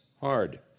hard